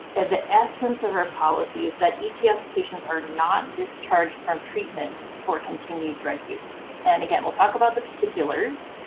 and the essence of our policy is that ets patients are not discharged from treatment for continued drug use. and again, we'll talk about the particulars,